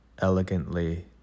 elegantly